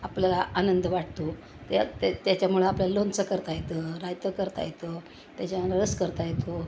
आपल्याला आनंद वाटतो त्या ते त्याच्यामुळं आपल्याला लोणचं करता येतं रायतं करता येतं त्याच्यानं रस करता येतो